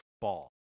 ball